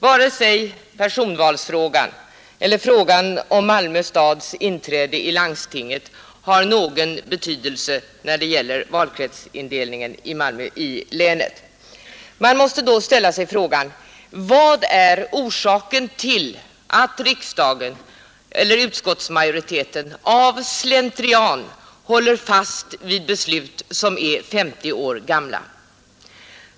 Varken personvalsfrågan eller frågan om Malmö stads inträde i landstinget har någon betydelse när det gäller valkretsindelningen i länet. Man måste då ställa sig frågan: Vad är orsaken till att utskottsmajoriteten av slentrian håller fast vid beslut som är 50 år gamla?